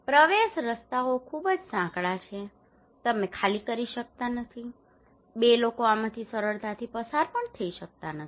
પ્રવેશ રસ્તાઓ ખૂબ જ સાંકડા છે તમે ખાલી કરી શકતા નથી બે લોકો આમાંથી સરળતાથી પસાર થઈ શકતા નથી